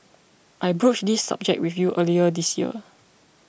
I broached this subject with you early this year